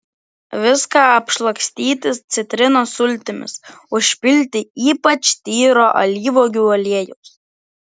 viską apšlakstyti citrinos sultimis užpilti ypač tyro alyvuogių aliejaus